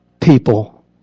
people